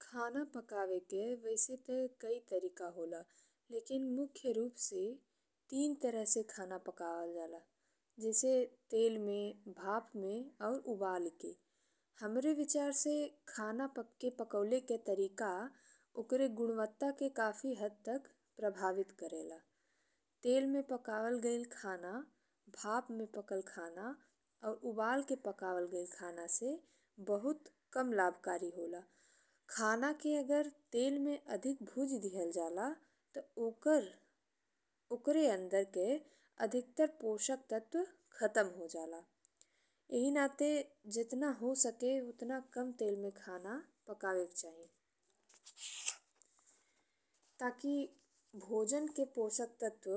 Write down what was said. खाना पकावे के वैसे ते कइ तरीका होला लेकिन मुख्य रूप से तीन तरह से खाना पकावल जाला। जेसे तेल में, भाप में और उबाली के। हमरे विचार से खाना पकावले के तरीका ओकर गुणवत्ता के काफी हद तक प्रभावित करेला। तेल में पकावल गइल खाना, भाप में पकल खाना और उबाल के पकावल गइल खाना से बहुत कम लाभकारी होला। खाना के अगर तेल में अधिक भुजी दिहल जाला ते ओकरे अंदर से अधिकतर पोषक तत्व खत्म हो जाला, एहि नाते जेतना हो सके ओतना कम तेल में खाना पकावे के चाही ताकि भोजन के पोषक तत्व